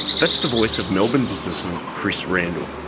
that's the voice of melbourne businessman chris randle.